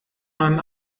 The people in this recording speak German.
man